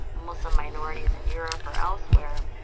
muslim minorities in europe or elsewhere.